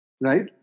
Right